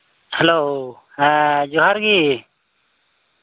hello ᱦᱮᱸ ᱡᱚᱦᱟᱨ ᱜᱮ